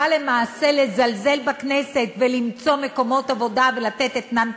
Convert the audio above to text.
למעשה לזלזל בכנסת ולמצוא מקומות עבודה ולתת אתנן פוליטי,